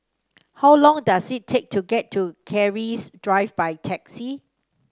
how long does it take to get to Keris Drive by taxi